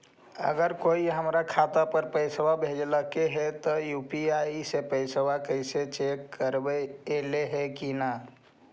अगर कोइ हमर खाता पर पैसा भेजलके हे त यु.पी.आई से पैसबा कैसे चेक करबइ ऐले हे कि न?